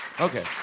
Okay